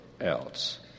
else